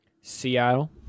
Seattle